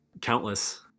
countless